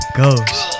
ghost